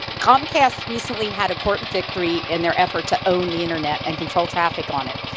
comcast recently had a court victory in their effort to own the internet and control traffic on it.